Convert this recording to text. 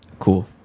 cool